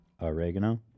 Oregano